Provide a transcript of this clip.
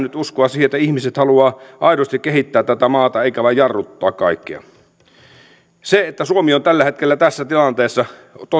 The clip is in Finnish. nyt uskoa siihen että ihmiset haluavat aidosti kehittää tätä maata eivätkä vain jarruttaa kaikkea se että suomi on tällä hetkellä tässä tilanteessa